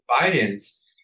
Biden's